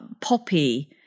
poppy